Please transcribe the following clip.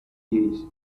days